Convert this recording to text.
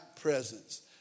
presence